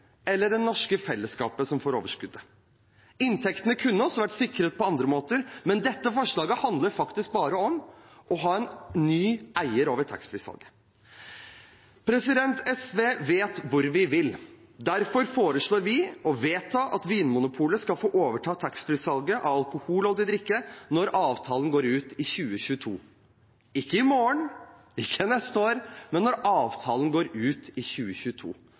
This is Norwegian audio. eller det norske fellesskapet som får overskuddet. Inntektene kunne også vært sikret på andre måter, men dette forslaget handler faktisk bare om å ha en ny eier av taxfree-ordningen. SV vet hvor vi vil. Derfor foreslår vi å vedta at Vinmonopolet skal få overta taxfree-salget av alkoholholdig drikke når avtalen går ut i 2022 – ikke i morgen, ikke til neste år, men når avtalen går ut i 2022.